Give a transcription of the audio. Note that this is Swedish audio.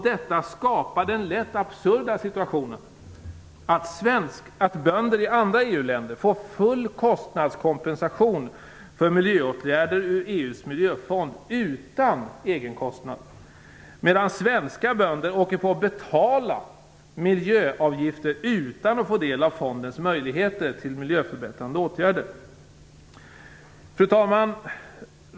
Detta skapar den lätt absurda situationen att bönder i andra EU-länder får full kostnadskompensation för miljöåtgärder ur EU:s miljöfond, utan egenkostnad, medan svenska bönder åker på att betala miljöavgifter utan att få del av fondens möjligheter till miljöförbättrande åtgärder. Fru talman!